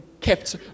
kept